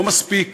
לא מספיק,